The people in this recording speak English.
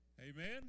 Amen